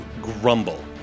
grumble